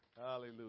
Hallelujah